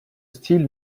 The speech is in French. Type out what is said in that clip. style